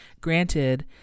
Granted